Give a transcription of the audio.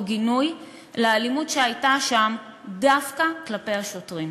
גינוי לאלימות שהייתה שם דווקא כלפי השוטרים.